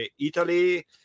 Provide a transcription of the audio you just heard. Italy